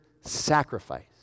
sacrifice